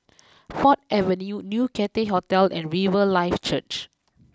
Ford Avenue new Cathay Hotel and Riverlife Church